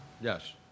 yes